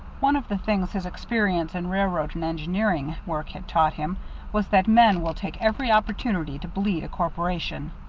one of the things his experience in railroad and engineering work had taught him was that men will take every opportunity to bleed a corporation.